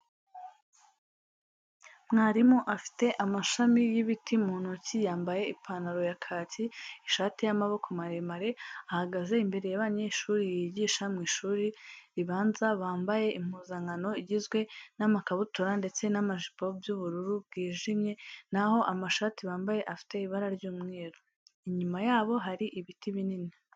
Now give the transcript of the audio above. Mwarimu afite amashami y'ibiti mu ntoki yambaye ipantalo ya kaki, ishati y'amaboko maremare, ahagaze imbere y'abanyeshuri yigisha mu ishuri ribanza bambaye impuzankano igizwe n'amakabutura ndetse n'amajipo by'ubururu bwijimye, naho amashati bambaye afite ibara ry'umweru. Inyuma yabo hari ibiti binini.